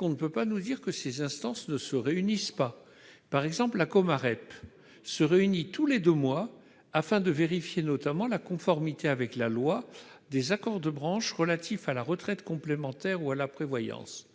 On ne peut pas nous dire que ces instances ne se réunissent pas. La Comarep, par exemple, se réunit tous les deux mois afin de vérifier notamment la conformité à la loi des accords de branche relatifs à la retraite complémentaire ou à la prévoyance.